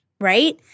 right